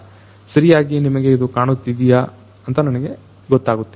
ಸರಿಯಾಗಿ ನಿಮಗೆ ಇದು ಕಾಣುತ್ತಿದ್ದೀಯ ಅಂತ ನನಗೆ ಗೊತ್ತಾಗುತ್ತಿಲ್ಲ